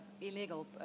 illegal